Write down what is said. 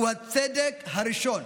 הוא הצדק הראשון,